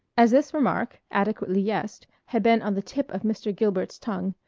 as this remark, adequately yessed, had been on the tip of mr. gilbert's tongue,